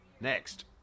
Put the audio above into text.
Next